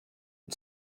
and